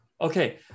okay